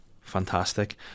fantastic